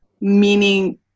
Meaning